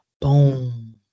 Boom